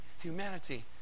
humanity